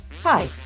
Hi